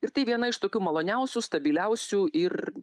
ir tai viena iš tokių maloniausių stabiliausių ir